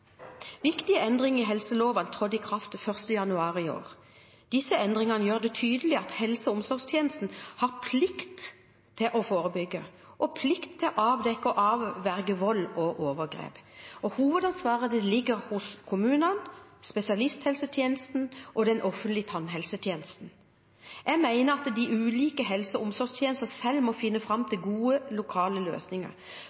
Viktige endringer i helseloven trådte i kraft 1. januar i år. Disse endringene gjør det tydelig at helse- og omsorgstjenesten har plikt til å forebygge og til å avdekke og avverge vold og overgrep. Hovedansvaret ligger hos kommunene, spesialisthelsetjenesten og den offentlige tannhelsetjenesten. Jeg mener at de ulike helse- og omsorgstjenestene selv må finne fram